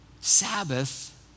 Sabbath